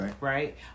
Right